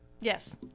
Yes